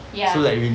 ya